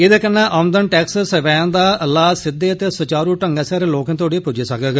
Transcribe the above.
एदे कन्नै आमदन टैक्स सेवाएं दा लाह सीधे ते सूचारु ढंगै सिर लोकें तोड़ी पूज्जी सकौग